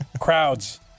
Crowds